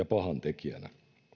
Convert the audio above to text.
pahantekijänä